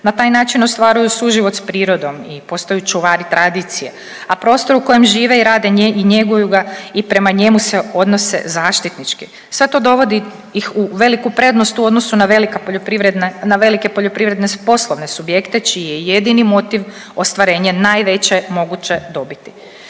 Na taj način ostvaruju suživot s prirodom i postaju čuvari tradicije, a prostor u kojem žive i rade i njeguju ga i prema njemu se odnose zaštitnički. Sve to dovodi ih u veliku prednost u odnosu na velika poljoprivredne poslovne subjekte čiji je jedini motiv ostvarenje najveće moguće dobiti.